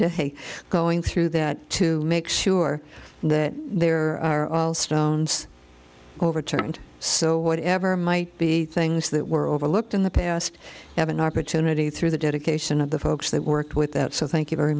say going through that to make sure that there are all stones overturned so whatever might be things that were overlooked in the past have an opportunity through the dedication of the folks that work with that so thank you very